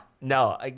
No